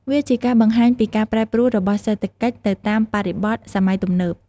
វាជាការបង្ហាញពីការប្រែប្រួលរបស់សេដ្ឋកិច្ចទៅតាមបរិបទសម័យទំនើប។